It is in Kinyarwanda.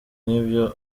nk’ibyo